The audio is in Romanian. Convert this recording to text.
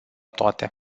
toate